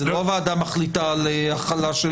זה לא הוועדה מחליטה על החלה.